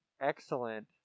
excellent